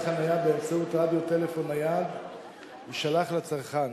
חנייה באמצעות רדיו טלפון נייד ישלח לצרכן,